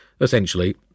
essentially